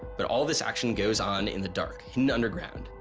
but all of this action goes on in the dark, hidden underground.